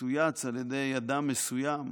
שצויץ על ידי אדם מסוים